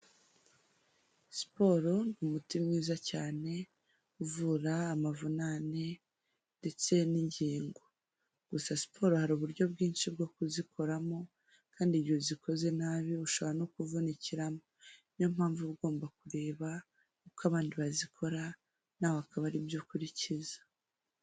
Siporo ni umuti mwiza cyane, uvura amavunane ndetse n'ingingo, gusa siporo hari uburyo bwinshi bwo kuzikoramo kandi igihe uzikoze nabi ushobora no kuvunikiramo. Ni yo mpamvu ugomba kureba uko abandi bazikora na we ukaba ari byo ukurikiza.